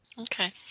Okay